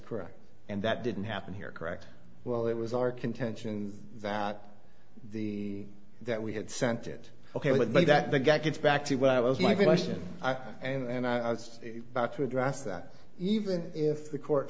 correct and that didn't happen here correct well it was our contention that the that we had sent it ok with me that the guy gets back to what i was my question i have and i was about to address that even if the court